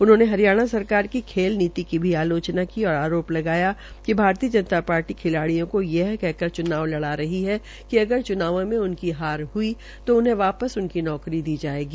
उन्होंने हरियाणा सरकार की खेल नीति का भी आलोचना की और आरोप लगाया कि भारतीय जनता पार्टी खिलाडियों को यह कह कर च्नव लड़ा रही है कि अगर च्नावों में उनकी हार ह्ई तो उन्हें वापिस नौकरी दी जायेगी